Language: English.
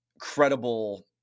credible